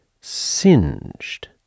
singed